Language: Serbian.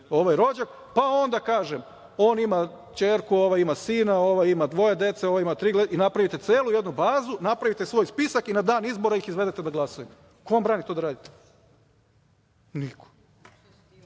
mi je rođak, pa onda dalje, on ima ćerku, ovaj ima sina, ovaj ima dvoje dece, ovaj troje, napravite celu jednu bazu, napravite svoj spisak i na dan izbora iz izvedete da glasaju. Ko vam brani to da radite? Niko. Vi